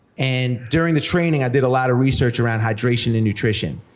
and during the training, i did a lot of research around hydration and nutrition.